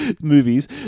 movies